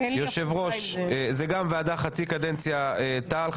זו גם ועדה חצי קדנציה תע"ל,